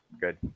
good